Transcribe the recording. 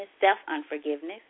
self-unforgiveness